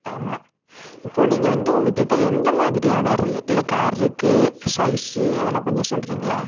ஆமாம் இப்போது நீங்கள் வந்து உங்கள்கிட்ட எந்த மாதிரியான ரேட்டில் கார்இருக்கு சைஸு அதலாம் கொஞ்சம் சொல்கிறீங்களா